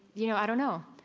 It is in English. you know i don't know.